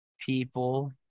people